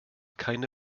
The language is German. keine